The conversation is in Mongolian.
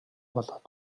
болоод